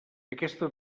aquesta